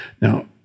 Now